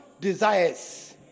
desires